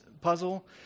puzzle